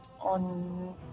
on